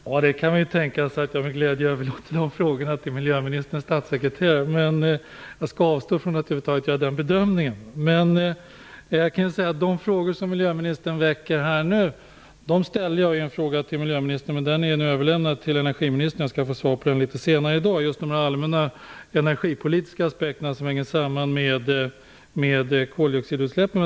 Fru talman! Det kan ju tänkas att jag med glädje överlåter de frågorna till miljöministerns statssekreterare. Jag skall avstå från att över huvud taget göra någon bedömning. De frågor som miljöministern väcker här och nu ställde jag i en fråga riktad till miljöministern, men den är redan överlämnad till energiministern. Jag skall få svar på den litet senare i dag. Den handlade just om de energipolitiska aspekterna som hänger samman med koldioxidutsläppen.